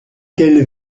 quels